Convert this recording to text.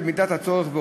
במידת הצורך,